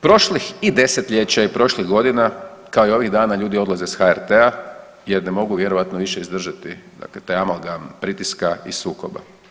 Prošlih i desetljeća i prošlih godina kao i ovih dana ljudi odlaze s HRT-a jer ne mogu vjerojatno više izdržati dakle taj …/nerazumljivo/… pritiska i sukoba.